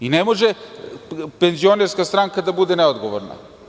Ne može ni penzionerska stranka da bude neodgovorna.